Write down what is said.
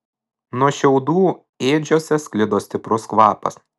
nuo šiaudų ėdžiose sklido stiprus kvapas